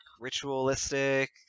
ritualistic